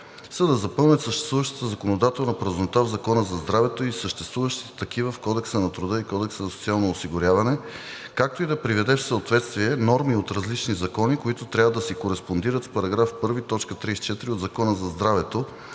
са да запълнят съществуващата законодателна празнота в Закона за здравето и съответстващите такива в Кодекса на труда и Кодекса за социалното осигуряване, както и да приведе в съответствие норми от различни закони, които трябва да си кореспондират с § 1, т. 34 от Закона за здравето